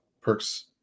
perks